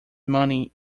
money